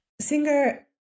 singer